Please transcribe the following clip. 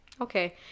Okay